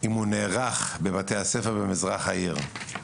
אם הוא נערך בבתי הספר במזרח העיר.